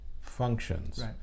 functions